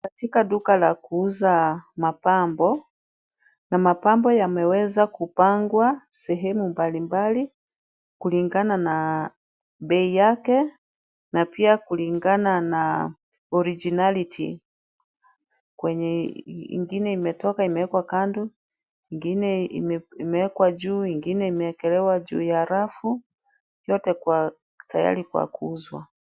Katika duka la kuuza mapambo. Mapambo yameweza kupangwa sehemu mbalimbali kulingana na bei yake na pia kulingana na originality . Kwenye ingine imetoka imewekwa kando, ingine imewekwa juu, ingine imeekelewa juu ya rafu, yote tayari kwa kuuzwa.